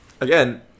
again